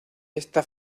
esta